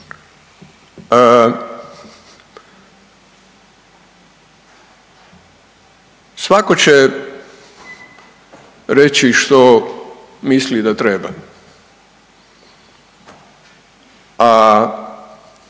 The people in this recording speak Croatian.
svako će reći što misli da treba,